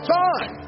time